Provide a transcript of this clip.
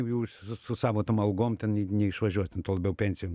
jūs su savo tom algom ten ne neišvažiuotum tuo labiau pensijom